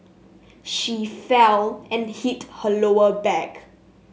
she fell and hit her lower back